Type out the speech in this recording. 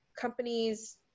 companies